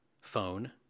phone